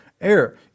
air